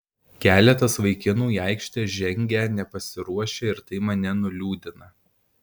keletas vaikinų į aikštę žengę nepasiruošę ir tai mane nuliūdina